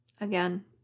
Again